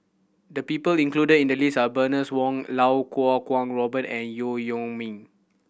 the people included in the list are Bernice Wong Lau Kuo Kwong Robert and Yeo Yeow Kwang